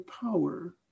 power